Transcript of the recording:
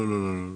לא.